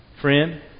Friend